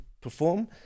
perform